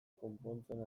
konpontzen